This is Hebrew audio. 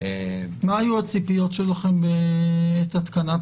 --- מה היו הציפיות שלכם בעת התקנת